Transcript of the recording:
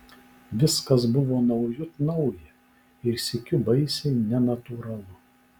viskas buvo naujut nauja ir sykiu baisiai nenatūralu